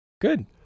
Good